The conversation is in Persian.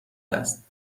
است